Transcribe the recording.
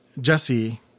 Jesse